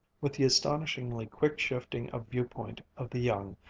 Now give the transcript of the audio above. with the astonishingly quick shifting of viewpoint of the young,